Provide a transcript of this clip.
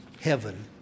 heaven